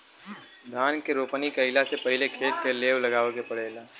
धान के रोपनी कइला से पहिले खेत के लेव लगावे के पड़ेला